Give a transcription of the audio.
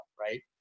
right